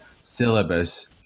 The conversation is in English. syllabus